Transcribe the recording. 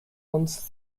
once